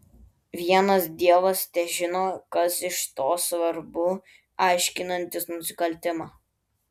vienas dievas težino kas iš to svarbu aiškinantis nusikaltimą